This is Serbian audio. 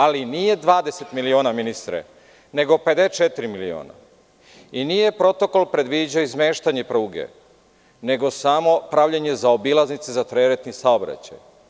Ali, nije 20 miliona nego 54 miliona i nije protokol predviđao izmeštanje pruge nego samo pravljenje zaobilaznice za teretni saobraćaj.